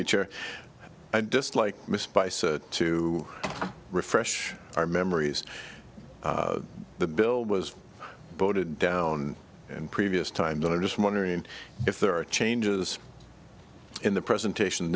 you chair i dislike missed by so to refresh our memories the bill was voted down and previous time not just wondering if there are changes in the presentation